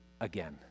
again